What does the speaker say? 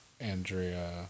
Andrea